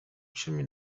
cumi